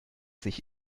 sich